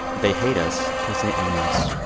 they hate us cause they ain't us